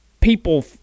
people